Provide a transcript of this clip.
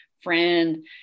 friend